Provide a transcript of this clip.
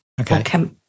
Okay